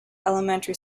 elementary